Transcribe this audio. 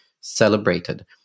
celebrated